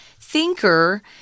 thinker